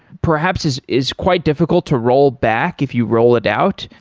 perhaps is is quite difficult to roll back if you roll it out.